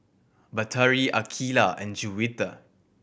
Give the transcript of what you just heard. Batari Aqeelah and Juwita